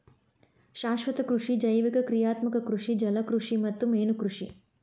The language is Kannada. ಶಾಶ್ವತ ಕೃಷಿ ಜೈವಿಕ ಕ್ರಿಯಾತ್ಮಕ ಕೃಷಿ ಜಲಕೃಷಿ ಮತ್ತ ಮೇನುಕೃಷಿ